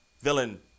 villain